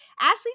Ashley